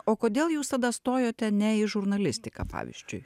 o kodėl jūs tada stojote ne į žurnalistiką pavyzdžiui